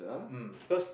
mm because